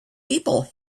people